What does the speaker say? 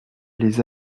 les